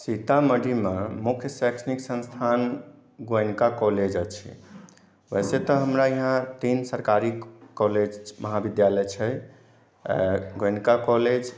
सीतामढ़ी मे मुख्य शैक्षणिक संस्थान गोयनका कॉलेज अछि वैसे तऽ हमरा यहाँ तीन सरकारी कॉलेज महाविद्यालय छै गोयनका कॉलेज